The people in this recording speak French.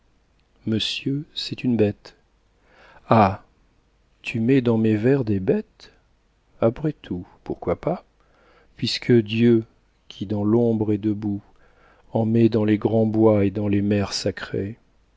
monsieur c'est une bête ah tu mets dans mes vers des bêtes après tout pourquoi pas puisque dieu qui dans l'ombre est debout en met dans les grands bois et dans les mers sacrées